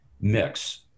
mix